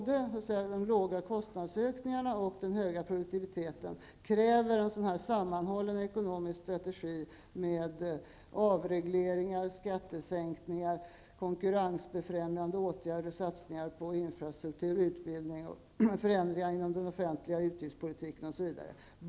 De låga kostnadsökningarna och den höga produktiviteten kräver en sammanhållen ekonomisk strategi med avregleringar, skattesänkningar, konkurrensbefrämjande åtgärder, satsningar på infrastruktur och utbildning samt förändringar inom den offentliga utgiftspolitiken.